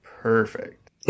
Perfect